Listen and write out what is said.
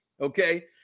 Okay